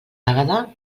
àgueda